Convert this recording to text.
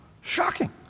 Shocking